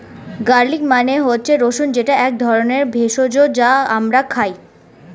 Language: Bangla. গার্লিক মানে হচ্ছে রসুন যেটা এক ধরনের ভেষজ যা আমরা খাই